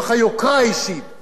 ובצורה היותר-בוטה,